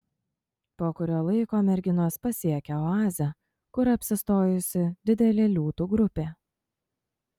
po kurio laiko merginos pasiekia oazę kur apsistojusi didelė liūtų grupė